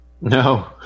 No